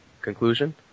Conclusion